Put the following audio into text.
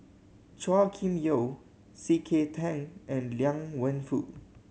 Chua Kim Yeow C K Tang and Liang Wenfu